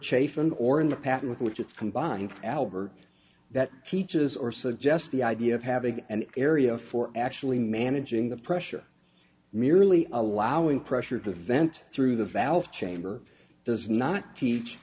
chafing or in the pattern with which it's combined albert that teaches or suggest the idea of having an area for actually managing the pressure merely allowing pressure to vent through the valve chamber does not teach